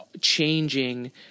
changing